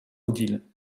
odile